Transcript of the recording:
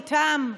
איתם.